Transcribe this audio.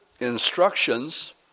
instructions